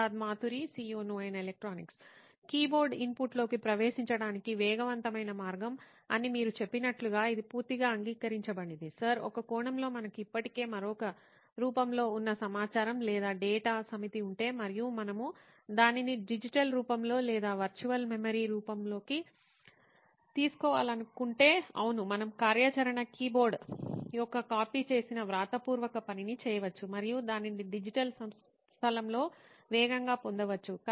Siddharth Maturi CEO నోయిన్ electronics keyboard ఇన్పుట్లోకి ప్రవేశించడానికి వేగవంతమైన మార్గం అని మీరు చెప్పినట్లుగా ఇది పూర్తిగా అంగీకరించబడింది సర్ ఒక కోణంలో మనకు ఇప్పటికే మరొక రూపంలో ఉన్న సమాచారం లేదా డేటా సమితి ఉంటే మరియు మనము దానిని డిజిటల్ రూపంలో లేదా వర్చువల్ మెమరీ రూపంలోకి తీసుకోవాలనుకుంటే అవును మనము కార్యాచరణ కీబోర్డ్ యొక్క కాపీ చేసిన వ్రాతపూర్వక పనిని చేయవచ్చు మరియు దానిని డిజిటల్ స్థలంలో వేగంగా పొందవచ్చు